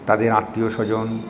তাদের আত্মীয় স্বজন